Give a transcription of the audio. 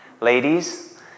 Ladies